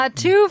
two